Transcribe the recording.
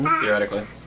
theoretically